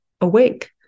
awake